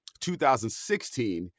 2016